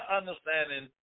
understanding